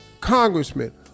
congressman